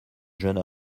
jeune